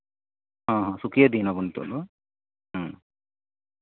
ᱦᱮᱸ ᱥᱩᱠᱷᱤᱭᱟᱹ ᱫᱤᱱ ᱱᱤᱛᱚᱜ ᱫᱚ ᱦᱮᱸ